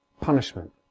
punishment